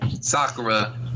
Sakura